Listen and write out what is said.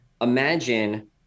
imagine